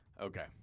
Okay